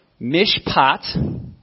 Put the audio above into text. Mishpat